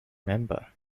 member